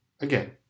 Again